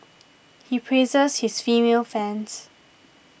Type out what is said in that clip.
he praises his female fans